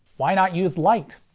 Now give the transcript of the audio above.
why not use light?